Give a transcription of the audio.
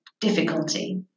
difficulty